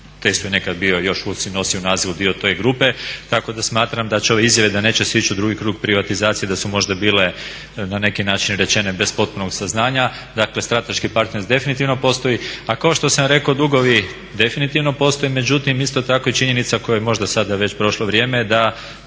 i nekad bio, još Ulcinj još nosio naziv i dio te grupe. Tako da smatram da će ove izjave da neće se ići u drugi krug privatizacije, da su možda bile na neki način rečene bez potpunog saznanja. Dakle strateški partner definitivno postoji. A kao što sam rekao dugovi definitivno postoje. Međutim, isto tako i činjenica kojoj je možda sada već prošlo vrijeme da